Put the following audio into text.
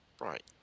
Right